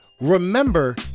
Remember